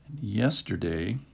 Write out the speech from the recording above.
Yesterday